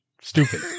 Stupid